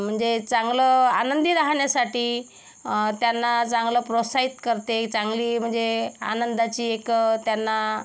म्हणजे चांगलं आनंदी राहण्यासाठी त्यांना चांगलं प्रोत्साहित करते चांगली म्हणजे आनंदाची एक त्यांना